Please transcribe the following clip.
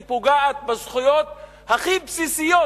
היא פוגעת בזכויות הכי בסיסיות